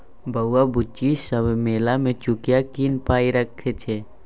बौआ बुच्ची सब मेला मे चुकिया कीन पाइ रखै छै